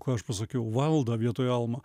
ką aš pasakiau valda vietoj alma